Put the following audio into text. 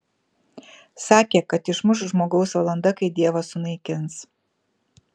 sakė kad išmuš žmogaus valanda kai dievas sunaikins